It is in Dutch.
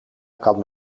kan